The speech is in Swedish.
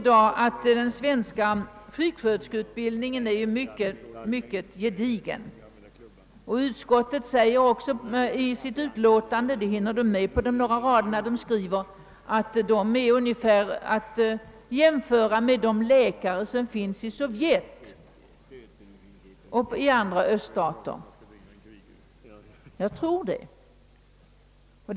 Den svenska sjuksköterskeutbildningen är mycket gedigen, och utskottet säger också i sitt utlåtande — det hinner det med på de få raderna — att sjuksköterskorna är ungefär att jämföra med de läkare som finns i Sovjet och i andra öststater. Ja, jag tror detta.